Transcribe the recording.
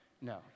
no